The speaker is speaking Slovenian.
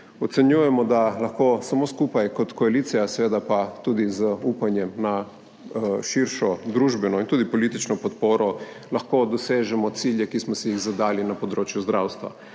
Ocenjujemo, da lahko samo skupaj kot koalicija, seveda pa tudi z upanjem na širšo družbeno in tudi politično podporo lahko dosežemo cilje, ki smo si jih zadali na področju zdravstva.